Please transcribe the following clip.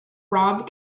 rob